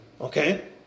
Okay